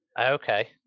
Okay